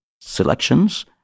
selections